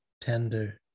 tender